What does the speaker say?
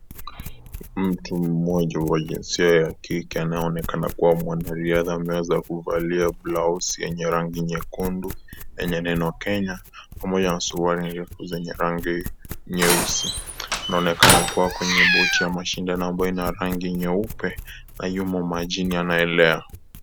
Mtu mmoja wa jinsia ya kike anayeonekana kuwa mwanariadha. Ameweza kuvalia brausi yenye rangi nyekundu yenye neno Kenya pamoja suruali ndefu zenye rangi nyeusi. Anaonekana kuwa kwenye boti ya mashindano ambayo ina rangi nyeupe na yumo majini anaelea.